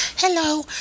Hello